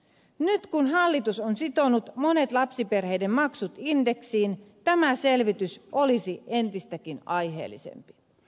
nyt kun hallitus on sitonut monet lapsiperheiden maksut indeksiin tämä selvitys olisi entistäkin aiheellisempi